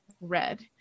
red